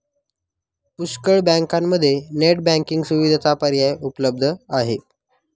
पुष्कळ बँकांमध्ये net banking सुविधेचा पर्याय उपलब्ध आहे